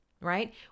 right